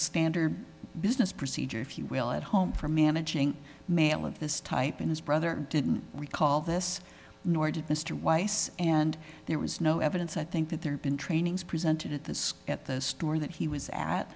standard business procedure if you will at home for managing mail of this type and his brother didn't recall this nor did mr weiss and there was no evidence i think that there have been trainings presented at this at the store that he was at